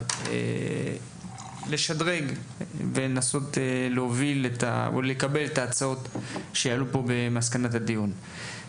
לשדרג ולקבל את ההצעות שעלו פה במסקנות הדיון.